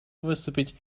выступить